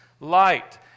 light